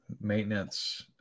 maintenance